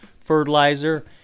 fertilizer